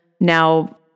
now